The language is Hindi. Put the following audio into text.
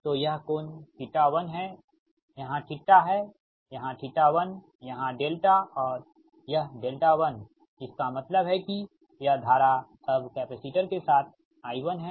तो यह कोण θ1 है यहाँ θ है यहां θ1 यहां δ और यह δ1 इसका मतलब है कि यह धारा अब कैपेसिटर के साथ I1 है